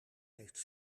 heeft